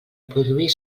produir